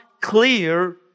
clear